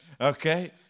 Okay